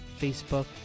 Facebook